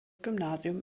gymnasium